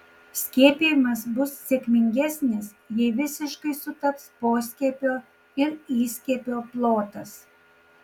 skiepijimas bus sėkmingesnis jei visiškai sutaps poskiepio ir įskiepio plotas